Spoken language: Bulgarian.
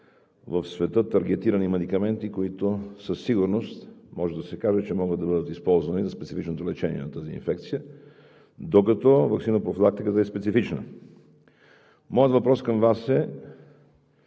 в света таргетирани медикаменти, за които със сигурност да се каже, че могат да бъдат използвани за специфичното лечение на тази инфекция, докато ваксинопрофилактиката е специфична. Моят въпрос към Вас е